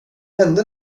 hände